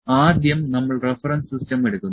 ആദ്യം നമ്മൾ reference system എടുക്കുന്നു